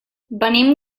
venim